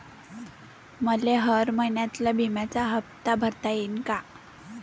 मले हर महिन्याले बिम्याचा हप्ता भरता येईन का?